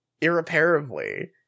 irreparably